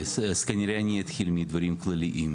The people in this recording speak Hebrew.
אוקיי, אז כנראה אני אתחיל מדברים כלליים.